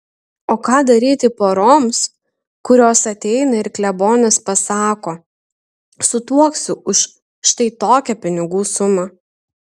o ką daryti poroms kurios ateina ir klebonas pasako sutuoksiu už štai tokią pinigų sumą